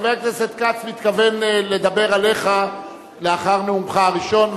חבר הכנסת כץ מתכוון לדבר עליך לאחר נאומך הראשון.